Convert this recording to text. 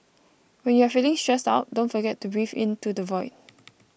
when you are feeling stressed out don't forget to breathe into the void